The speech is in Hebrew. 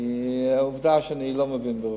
כי העובדה היא שאני לא מבין ברפואה,